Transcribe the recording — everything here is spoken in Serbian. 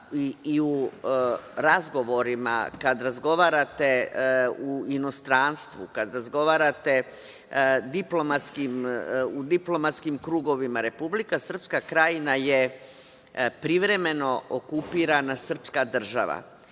i u razgovorima. Kad razgovarate u inostranstvu, kad razgovarate u diplomatskim krugovima. Republika Srpska Krajina je privremeno okupirana srpska država